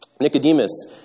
Nicodemus